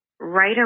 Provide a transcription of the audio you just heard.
right